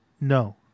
No